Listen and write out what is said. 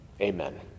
Amen